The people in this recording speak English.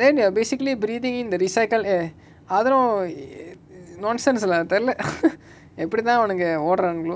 then ya they are basically breathing in the recycled air அதனோ:athano err nonsense lah தெரில:therila எப்டிதா அவனுங்க ஓடுராங்கலோ:epditha avanunga odurangalo